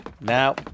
Now